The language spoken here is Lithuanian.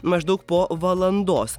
maždaug po valandos